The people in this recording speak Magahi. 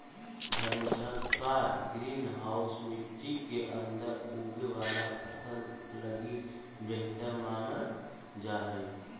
धनुषाकार ग्रीन हाउस मट्टी के अंदर उगे वाला फसल लगी बेहतर मानल जा हइ